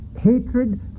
hatred